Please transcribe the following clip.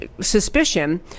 suspicion